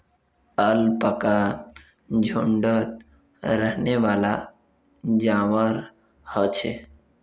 alpaca झुण्डत रहनेवाला जंवार ह छे